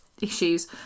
issues